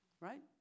right